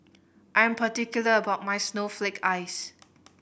I am particular about my snowflake ice